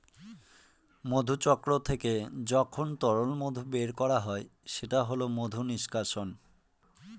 মধুচক্র থেকে যখন তরল মধু বের করা হয় সেটা হল মধু নিষ্কাশন